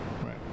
Right